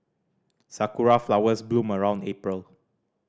sakura flowers bloom around April